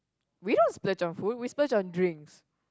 we don't splurge on food we splurge on drinks